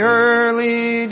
early